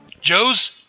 Joe's